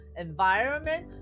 environment